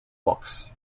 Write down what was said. books